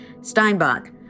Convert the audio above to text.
Steinbach